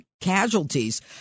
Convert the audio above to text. casualties